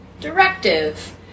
directive